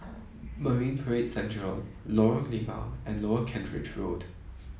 Marine Parade Central Lorong Limau and Lower Kent Ridge Road